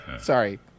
Sorry